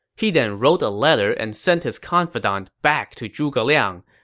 he then wrote a letter and sent his confidant back to zhuge liang.